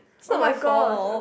oh-my-gosh